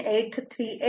3 o 0